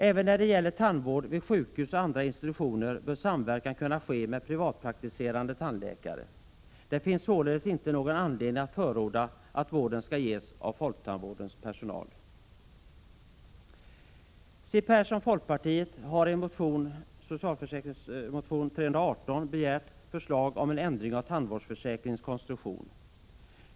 Även när det gäller tandvård vid sjukhus och andra institutioner bör samverkan kunna ske med privatpraktiserande tandläkare. Det finns således inte någon anledning att förorda att vården skall ges av folktandvårdens personal. Siw Persson, folkpartiet, har i motion Sf318 begärt förslag om en ändring av tandvårdsförsäkringens konstruktion.